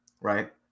Right